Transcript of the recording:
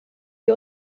wir